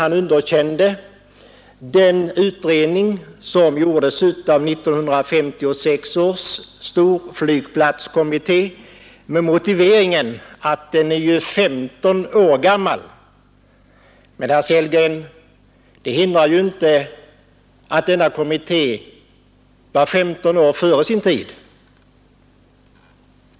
Han underkände den utredning som gjordes 1956 av storflygplatskommittén med motiveringen att den ju är 15 år gammal. Men, herr Sellgren, det hindrar ju inte att denna kommitté var 15 år före sin tid.